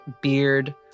beard